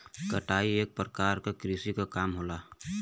कटाई एक परकार क कृषि क काम होला